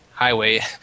Highway